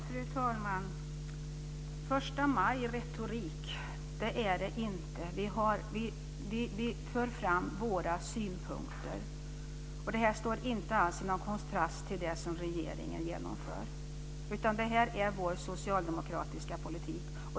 Fru talman! Förstamajretorik är det inte. Vi för fram våra synpunkter. Det här står inte alls i kontrast till det som regeringen genomför, utan det här är vår socialdemokratiska politik.